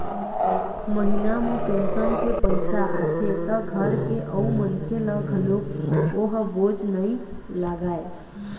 महिना म पेंशन के पइसा आथे त घर के अउ मनखे ल घलोक ओ ह बोझ नइ लागय